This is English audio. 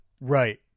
Right